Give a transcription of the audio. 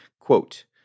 Quote